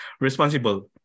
responsible